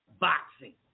Boxing